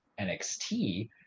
NXT